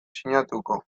sinatuko